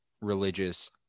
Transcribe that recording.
religious